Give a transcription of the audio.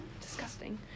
Disgusting